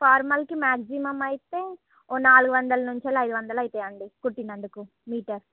formal కి maximum అయితే ఓ నాలుగు వందల నుంచి ఐదు వందలు అయితాయి అండి కుట్టినందుకు మీటర్